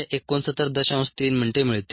3 मिनिटे मिळतील